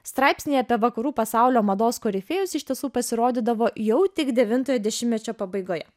straipsniai apie vakarų pasaulio mados korifėjus iš tiesų pasirodydavo jau tik devintojo dešimtmečio pabaigoje